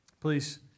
please